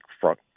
front